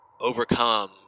overcome